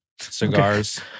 Cigars